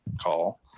call